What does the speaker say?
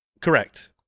Correct